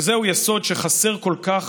וזהו יסוד שחסר כל כך